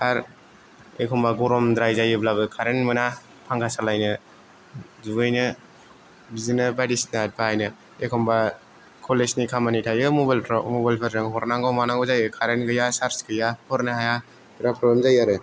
आरो एखम्बा गरमद्राय जायोब्लाबो कारेन्त मोना फांखा सालायनो दुगैनो बिदिनो बायदिसिना बाहायनो एखम्बा कलेजनि खामानि थायो मबाइलफ्रा मबाइलफोरजों हरनांगौ मानांगौ जायो कारेन्त गैया सार्ज गैया हरनो हाया बिराद प्रब्लेम जायो आरो